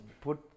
put